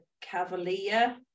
cavalier